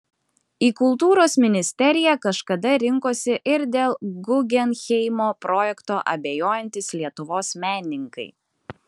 į kultūros ministeriją kažkada rinkosi ir dėl guggenheimo projekto abejojantys lietuvos menininkai